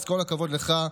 אז כל הכבוד לך,